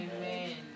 Amen